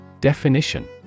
Definition